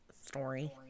Story